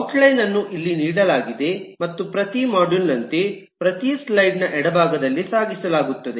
outline ಅನ್ನು ಇಲ್ಲಿ ನೀಡಲಾಗಿದೆ ಮತ್ತು ಪ್ರತಿ ಮಾಡ್ಯೂಲ್ ನಂತೆ ಪ್ರತಿ ಸ್ಲೈಡ್ ನ ಎಡಭಾಗದಲ್ಲಿ ಸಾಗಿಸಲಾಗುತ್ತದೆ